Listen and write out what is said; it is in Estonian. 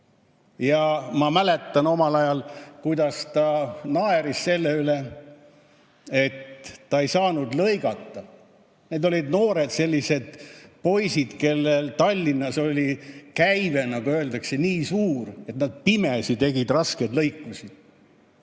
Ma mäletan omal ajal, kuidas ta naeris selle üle, et ta ei saanud lõigata. Need olid noored sellised poisid, kellel Tallinnas oli käive, nagu öeldakse, nii suur, et nad pimesi tegid raskeid lõikusi.